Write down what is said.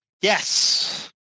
Yes